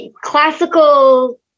classical